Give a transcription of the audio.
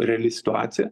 reali situacija